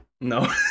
No